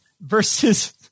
Versus